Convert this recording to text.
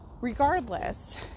regardless